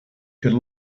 could